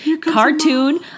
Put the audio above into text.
cartoon